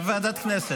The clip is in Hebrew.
הכנסת,